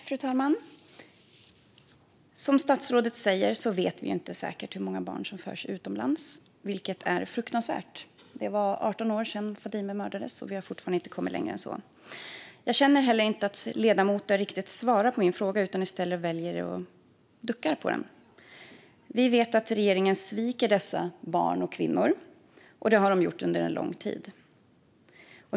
Fru talman! Som statsrådet säger vet vi inte säkert hur många barn som förs utomlands, vilket är fruktansvärt. Det är 18 år sedan Fadime mördades, och vi har fortfarande inte kommit längre än så. Jag känner inte att ledamoten riktigt svarar på min fråga. Hon väljer i stället att ducka. Vi vet att regeringen sviker dessa barn och kvinnor, och det har den gjort under lång tid.